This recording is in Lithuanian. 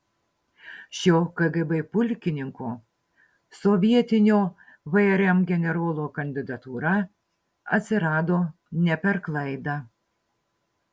šio kgb pulkininko sovietinio vrm generolo kandidatūra atsirado ne per klaidą